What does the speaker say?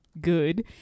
good